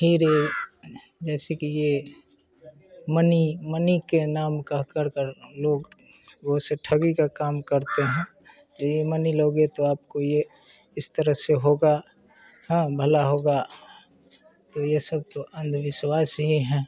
हीरे जैसे कि ये मणि मणि के नाम का कर कर लोग गो से ठगी का काम करते हैं ये मणि लोगे तो आपको ये इस तरह से होगा हाँ भला होगा तो ये सब तो अंधविश्वास ही हैं